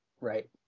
Right